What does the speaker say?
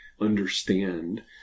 understand